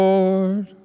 Lord